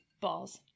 Balls